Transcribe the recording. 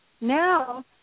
now